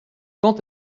quand